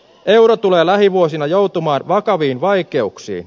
euro tulee lähivuosina joutumaan kasvaviin vaikeuksiin